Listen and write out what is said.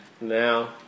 Now